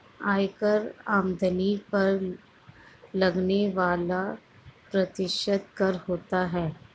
आयकर आमदनी पर लगने वाला प्रत्यक्ष कर होता है